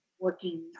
working